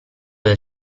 del